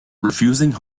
refusing